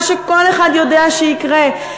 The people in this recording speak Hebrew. מה שכל אחד יודע שיקרה,